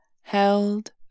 held